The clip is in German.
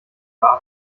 war